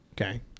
Okay